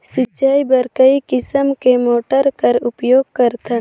सिंचाई बर कई किसम के मोटर कर उपयोग करथन?